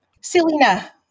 Selena